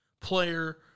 player